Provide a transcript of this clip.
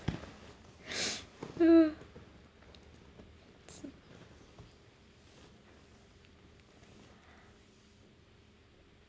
hmm